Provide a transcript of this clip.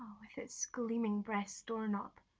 with its gleaming brass door knob,